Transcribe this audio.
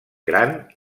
gran